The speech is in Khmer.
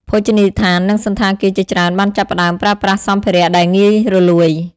ភោជនីយដ្ឋាន និងសណ្ឋាគារជាច្រើនបានចាប់ផ្តើមប្រើប្រាស់សម្ភារៈដែលងាយរលួយ។